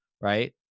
right